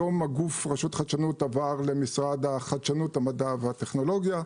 היום הגוף רשות חדשנות עבר למשרד החדשנות המדע והטכנולוגיה.